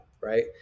right